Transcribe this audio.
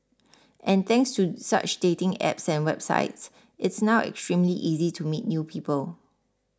and thanks to such dating apps and websites it's now extremely easy to meet new people